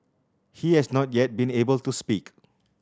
he has not yet been able to speak